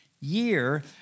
year